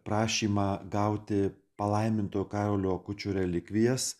prašymą gauti palaimintojo karolio kučio relikvijas